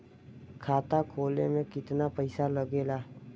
खाता खोले में कितना पईसा लगेला?